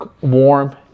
warm